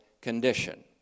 condition